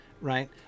right